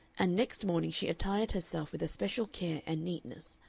and next morning she attired herself with especial care and neatness,